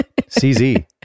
CZ